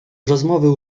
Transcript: rozmowy